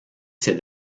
ses